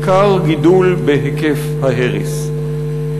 ניכר גידול בהיקף ההרס.